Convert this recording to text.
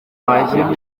hashya